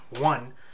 One